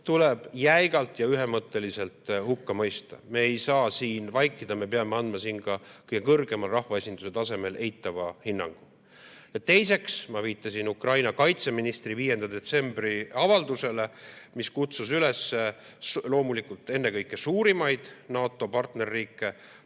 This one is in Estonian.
tuleb jäigalt ja ühemõtteliselt hukka mõista. Me ei saa siin vaikida, me peame andma kõige kõrgemal, rahvaesinduse tasemel eitava hinnangu. Teiseks, ma viitasin Ukraina kaitseministri 5. detsembri avaldusele, mis kutsus üles, loomulikult ennekõike suurimaid NATO partnerriike,